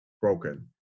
broken